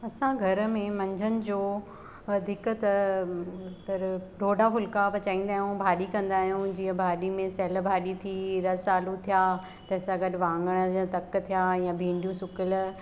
असां घर में मंझदि जो वधीक त तर डोडा फुलका पचाईंदा आहियूं भाॼी कंदा आहियूं जीअं भाॼी में सेहल भाॼी थी रस आलू थिया तंहिंसां गॾु वाङण टक थिया या भिंडियूं सुकियलु